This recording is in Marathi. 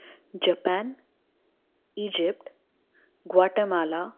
Japan Egypt Guatemala